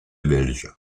belge